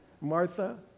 Martha